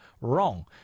Wrong